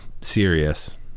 serious